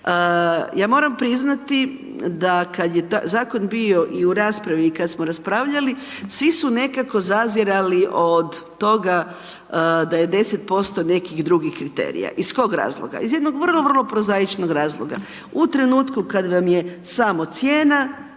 Ja moram priznati da kad je zakon bio i u raspravi i kad smo raspravljali, svi su nekako zazirali od toga da je 10% nekih drugih kriterija, iz kog razloga? Iz jednog vrlo, vrlo prozaičnog razloga. U trenutku kad vam je samo cijena,